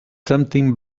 something